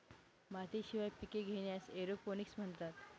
मातीशिवाय पिके घेण्यास एरोपोनिक्स म्हणतात